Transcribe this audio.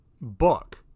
book